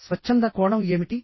స్వచ్ఛంద కోణం ఏమిటి